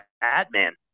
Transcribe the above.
Batman